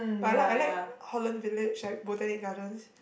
but I like I like Holland-Village like Botanic-Gardens